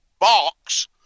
box